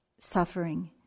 suffering